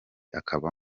akaba